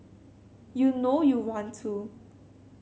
you know you want to